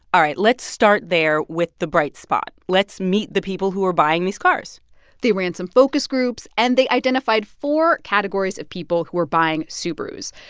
all right, let's start there with the bright spot. let's meet the people who are buying these cars they ran some focus groups, and they identified four categories of people who were buying subarus.